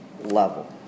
level